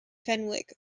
fenwick